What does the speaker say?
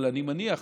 אבל אני מניח,